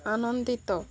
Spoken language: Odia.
ଆନନ୍ଦିତ